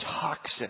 toxic